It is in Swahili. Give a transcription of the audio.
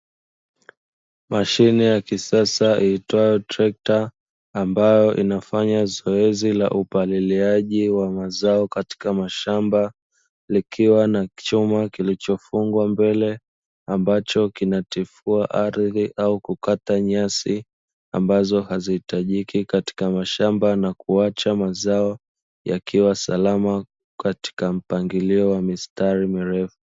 Mashine ya kisasa iitwayo trekta ambayo inafanya zoezi la upaliliaji wa mazao katika mashamba, likiwa na chuma kilichofungwa mbele ambacho kinatifua ardhi au kukata nyasi ambazo hazihitajiki katika mashamba, na kuacha mazao yakiwa salama katika mpangilio wa mistari mirefu.